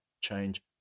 change